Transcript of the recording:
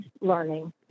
learning